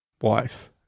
wife